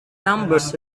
numbers